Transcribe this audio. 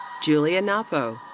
julia knapo.